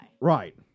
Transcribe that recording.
Right